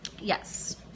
Yes